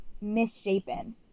misshapen